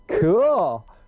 cool